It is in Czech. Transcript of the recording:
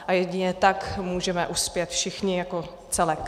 A jedině tak můžeme uspět všichni jako celek.